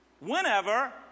whenever